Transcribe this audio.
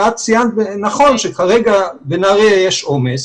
את ציינת נכון שכרגע בנהריה יש עומס,